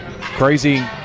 crazy